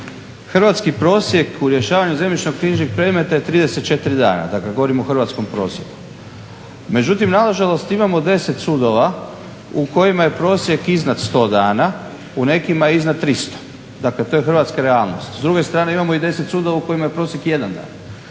hrvatski prosjek u rješavanju zemljišno-knjižnih predmeta je 34 dana, dakle govorim o hrvatskom prosjeku. Međutim nažalost imamo 10 sudova u kojima je prosjek iznad 100 dana, u nekima je iznad 300, dakle to je hrvatska realnost. S druge strane imamo i 10 sudova u kojima je prosjek 1.